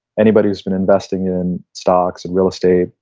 any body who has been investing in stocks, and real estate,